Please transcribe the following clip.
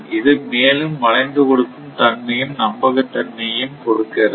இது மேலும் வளைந்து கொடுக்கும் தன்மையும் நம்பகத்தன்மையையும் கொடுக்கிறது